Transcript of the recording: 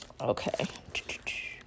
Okay